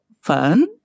fun